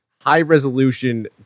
high-resolution